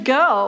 go